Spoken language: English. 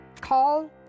Call